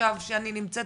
עכשיו שאני נמצאת